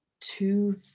two